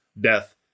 death